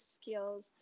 skills